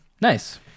nice